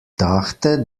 dachte